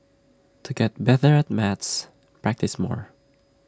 to get better at maths practise more